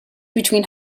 between